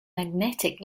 magnetic